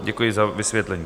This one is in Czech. Děkuju za vysvětlení.